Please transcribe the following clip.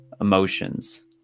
emotions